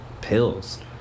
Pills